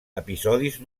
episodis